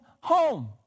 home